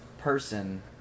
person